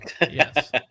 Yes